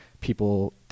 people